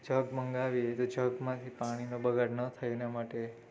જગ મંગાવીએ તો જગમાંથી પાણીનો બગાડ ન થાય એના માટે